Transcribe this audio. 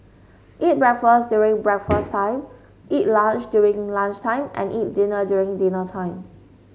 eat breakfast during breakfast time eat lunch during lunch time and eat dinner during dinner time